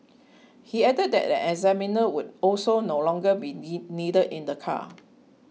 he added that an examiner would also no longer be needed in the car